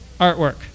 artwork